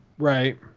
Right